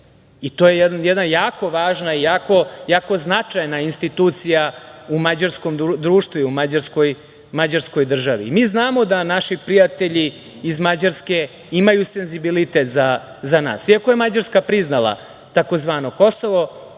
To je jedna jako važna i jako značajna institucija u mađarskom društvu i u mađarskoj državi. Mi znamo da naši prijatelji iz Mađarske imaju senzibilitet za nas, iako je Mađarska priznala tzv. Kosovo,